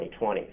2020